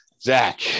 Zach